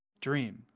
Dream